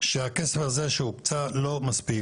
שהכסף הזה שהוקצה, לא מספיק.